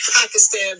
Pakistan